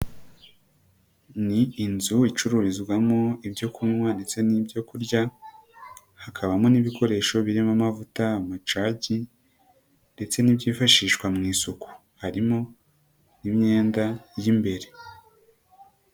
Ni inzu icururizwamo ibyo kunywa ndetse n'ibyo kurya, hakabamo n'ibikoresho birimo amavuta, amacagi ndetse n'ibyifashishwa mu isuku, harimo n'imyenda y'imbere.